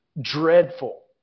dreadful